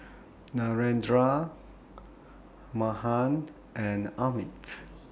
Narendra Mahan and Amit